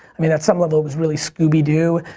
i mean at some level it was really scooby doo,